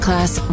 Class